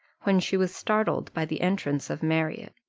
when she was startled by the entrance of marriott.